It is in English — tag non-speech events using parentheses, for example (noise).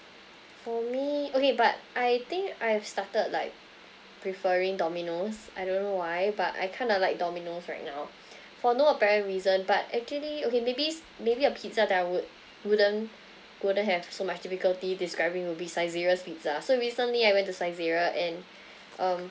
for me okay but I think I have started like preferring domino's I don't know why but I kind of like domino's right now (breath) for no apparent reason but actually okay maybe's maybe a pizza that I would wouldn't wouldn't have so much difficulty describing would be saizeriya's pizza so recently I went to saizeriya and um